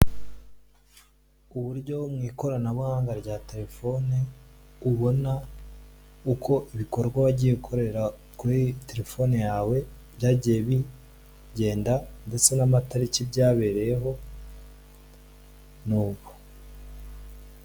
Uburyo mu ikoranabuhanga rya telefone ubona uko ibikorwa wagiye ukorera kuri telefone yawe byagiye bigenda, ndetse n'amatariki byabereyeho, ni ubu.